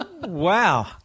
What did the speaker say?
Wow